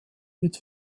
wird